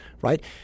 Right